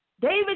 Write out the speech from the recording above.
David